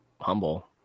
Humble